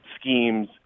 schemes